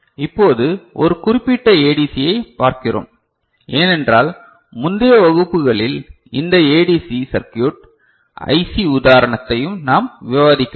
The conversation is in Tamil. இப்போது ஒரு குறிப்பிட்ட ஏடிசியைப் பார்க்கிறோம் ஏனென்றால் முந்தைய வகுப்புகளில் எந்த ஏடிசி சர்க்யூட் ஐசி உதாரணத்தையும் நாம் விவாதிக்கவில்லை